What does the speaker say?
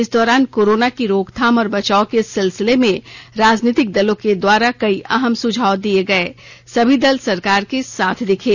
इस दौरान कोरोना की रोकथाम और बचाव के सिलसिले में राजनीतिक दलों के द्वारा कई अहम सुझाव दिये गए सभी दल सरकार के साथ दिखे